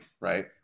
right